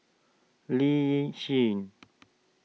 Lee Yi Shyan